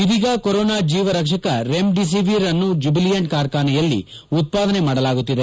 ಇದೀಗ ಕೊರೊನಾ ಜೀವರಕ್ಷಕ ರೆಮಿಡಿಸಿವಿರ್ ಅನ್ನು ಜುಜಿಲಿಯಂಟ್ ಕಾರ್ಖಾನೆಯಲ್ಲಿ ಉತ್ಪಾದನೆ ಮಾಡಲಾಗುತ್ತಿದೆ